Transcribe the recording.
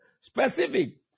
specific